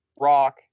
rock